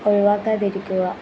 ഒഴിവാക്കാതിരിക്കുക